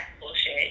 bullshit